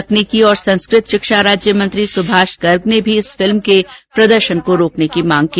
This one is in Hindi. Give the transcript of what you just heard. तकनीकी और संस्कृत शिक्षा राज्यमंत्री सुभाष गर्ग ने भी इस फिल्म के प्रदर्शन को रोकने की मांग की